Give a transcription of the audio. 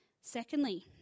secondly